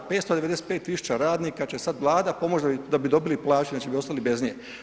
595 tisuća radnika će sad Vlada pomoći da bi dobili plaću, inače bi ostali bez nje.